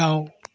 दाउ